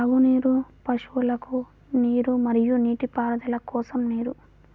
త్రాగునీరు, పశువులకు నీరు మరియు నీటిపారుదల కోసం నీరు